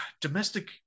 domestic